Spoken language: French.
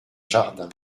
jardin